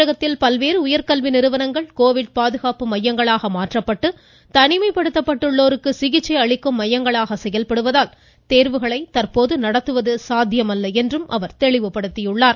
தமிழகத்தில் பல்வேறு உயர்கல்வி நிறுவனங்கள் கோவிட் பாதுகாப்பு மையங்களாக மாற்றப்பட்டு தனிமைப்படுத்தப்பட்டுள்ளோருக்கு சிகிச்கை அளிக்கும் மையங்களாக செயல்படுவதால் தேர்வுகளை தற்போது நடத்துவது சாத்தியமல்ல என்றும் அவர் தெளிவுபடுத்தியுள்ளார்